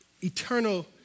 eternal